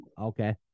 Okay